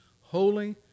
Holy